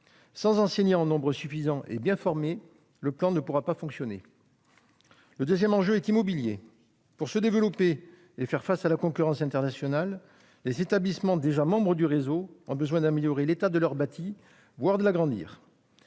bien formés en nombre suffisant, le plan ne pourra pas fonctionner. Le deuxième enjeu est immobilier : pour se développer et faire face à la concurrence internationale, les établissements déjà membres du réseau ont besoin d'améliorer l'état de leur bâti, voire de l'agrandir.